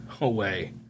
away